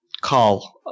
call